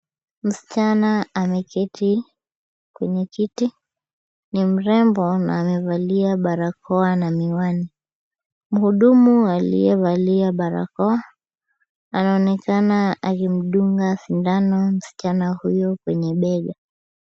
Msichana ameketi kwenye kiti., Ni mrembo na amevalia barakoa na miwani. Muhudumu aliyevalia barakoa anaonekana akimdunga sindano msichana huyu kwenye bega.